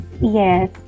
Yes